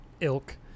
ilk